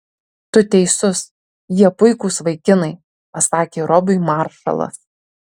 tu teisus jie puikūs vaikinai pasakė robiui maršalas